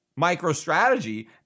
MicroStrategy